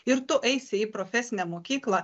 ir tu eisi į profesinę mokyklą